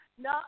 No